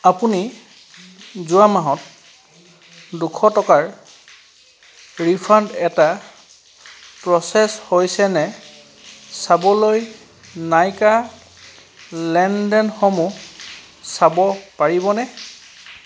আপুনি যোৱা মাহত দুশ টকাৰ ৰিফাণ্ড এটা প্ৰ'চেছ হৈছে নে চাবলৈ নাইকা লেনদেনসমূহ চাব পাৰিবনে